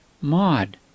Maud